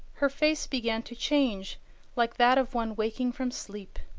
her face began to change like that of one waking from sleep.